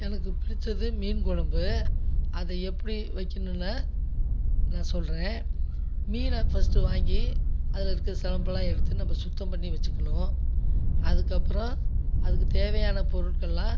எனக்கு பிடித்தது மீன் குழம்பு அதை எப்படி வைக்கணும்னு நான் சொல்கிறேன் மீனை ஃபஸ்ட் வாங்கி அதில் இருக்கிற செலம்பெலாம் எடுத்து நம்ப சுத்தம் பண்ணி வச்சுக்கணும் அதுக்கப்புறம் அதுக்கு தேவையான பொருட்கள்லாம்